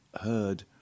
heard